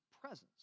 presence